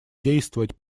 действовать